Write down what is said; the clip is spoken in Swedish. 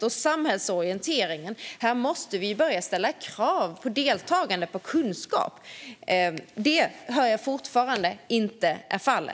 När det gäller samhällsorienteringen måste vi börja ställa krav på deltagande och på kunskap. Det hör jag fortfarande inte är fallet.